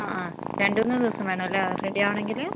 ആ ആ രണ്ടുമൂന്ന് ദിവസം വേണമല്ലേ റെഡി ആവണമെങ്കിൽ